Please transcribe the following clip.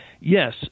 Yes